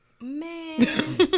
Man